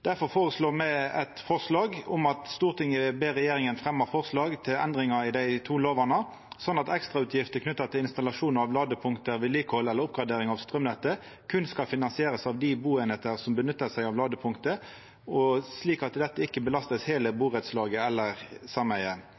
Difor har me eit forslag om at Stortinget ber regjeringa fremja forslag til endringar i dei to lovene, «slik at alle ekstrautgifter knyttet til installasjon av ladepunkter, vedlikehold eller oppgradering av strømnettet kun skal finansieres av de boenheter som benytter seg av ladepunkter, slik at dette ikke skal belastes hele borettslaget eller sameiet».